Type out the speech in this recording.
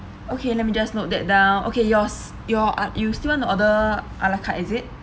okay let me just note that down okay yours your uh you still want to order a la carte is it